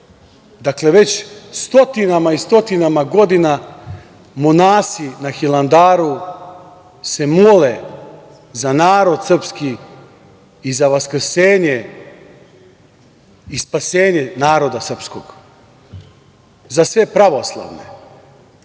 Dakle, već stotinama i stotinama godina monasi na Hilandaru se mole za narod srpski i za vaskrsenje i spasenje naroda srpskog, za sve pravoslavne.